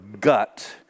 gut